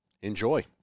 Enjoy